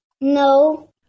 No